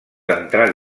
entrar